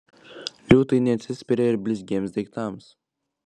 liūtai neatsispiria ir blizgiems daiktams